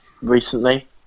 recently